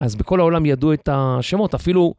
אז בכל העולם ידעו את השמות, אפילו...